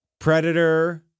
Predator